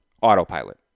Autopilot